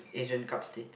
Asian Cup state